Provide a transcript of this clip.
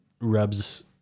rubs